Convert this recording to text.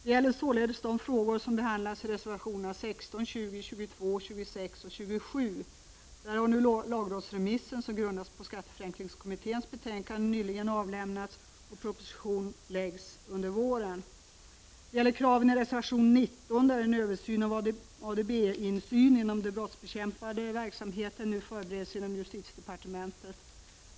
Det gäller således de frågor som behandlas i reservationerna 16, 20, 22, 26 och 27. Där har nu lagrådsremissen, som grundas på skatteförenklingskommitténs betänkande, nyligen avlämnats, och proposition läggs fram under våren. Det gäller kraven i reservation 19, där en översyn av ADB-insyn inom den brottsbekämpande verksamheten nu förbereds inom justitiedepartementet.